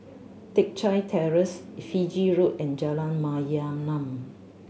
Teck Chye Terrace Fiji Road and Jalan Mayaanam